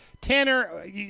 Tanner